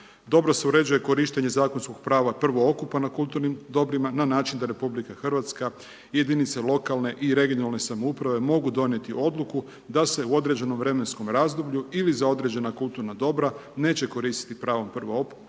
Dobro se uređuje korištenje zakonskog prava prvokupa na kulturni dobrima na način da RH i jedinice lokalne i regionalne samouprave mogu donijeti odluku da se u određenom vremenskom razdoblju ili za određena kulturna dobra neće koristiti pravo prvokupa